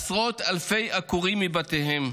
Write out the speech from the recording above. עשרות אלפי עקורים מבתיהם,